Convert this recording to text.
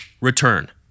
return